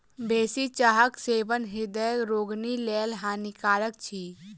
बेसी चाहक सेवन हृदय रोगीक लेल हानिकारक अछि